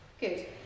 Good